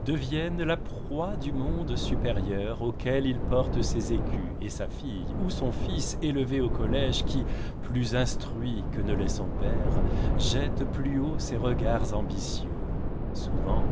deviennent la proie du monde supérieur auquel il porte ses écus et sa fille ou son fils élevé au collége qui plus instruit que ne l'est son père jette plus haut ses regards ambitieux souvent